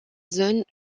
zones